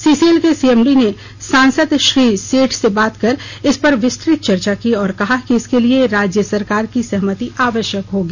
CCL के CMD ने सांसद श्री सेठ से बात कर इस पर विस्तृत चर्चा की और कहा कि इसके लिए राज्य सरकार की सहमति आवश्यक होगी